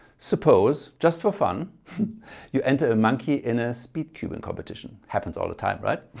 suppose just for fun you enter a monkey in a speed cubing competition. happens all the time right,